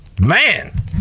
Man